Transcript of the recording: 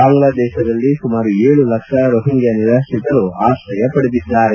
ಬಾಂಗ್ಲಾದೇಶದಲ್ಲಿ ಸುಮಾರು ಏಳು ಲಕ್ಷ ರೊಹಿಂಗ್ಲಾ ನಿರಾತ್ರಿತರು ಆಶ್ರಯ ಪಡೆದಿದ್ದಾರೆ